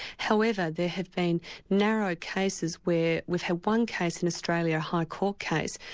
however, there have been narrow cases where we've had one case in australia, a high court case,